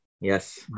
Yes